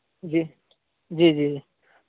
جی جی جی